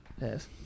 Yes